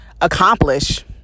accomplish